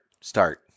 Start